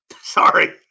Sorry